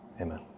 Amen